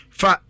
fa